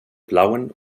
blauen